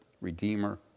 Redeemer